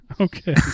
Okay